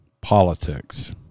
politics